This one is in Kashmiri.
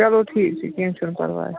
چلو ٹھیٖک چھُ کیٚنٛہ چھُنہٕ پَرواے